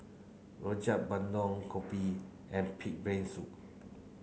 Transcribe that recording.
Rojak Bandung Kopi and pig brain soup